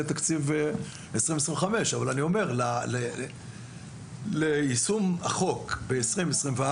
התקציב לשנת 2025 אבל אני אומר שליישום החוק ב-2024,